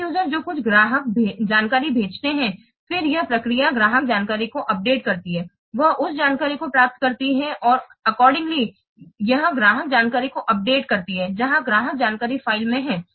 अंतिम यूजरस जो कुछ ग्राहक जानकारी भेजते हैं फिर यह प्रक्रिया ग्राहक जानकारी को अपडेट करती है वह उस जानकारी को प्राप्त करती है और अक्सोर्डिंगली यह ग्राहक जानकारी को अपडेट करती है जहां ग्राहक जानकारी फ़ाइल में है